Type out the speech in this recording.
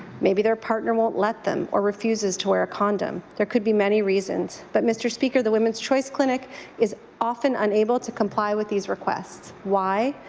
maybe their partner won't let them or refuses to wear a condom. there could be many reasons. but mr. speaker being the women's choice clinic is often unable to comply with these requests. why?